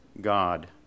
God